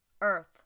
Earth